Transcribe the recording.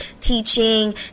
teaching